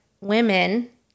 women